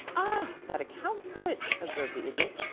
ah! that accounts for it, observed the idiot.